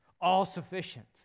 all-sufficient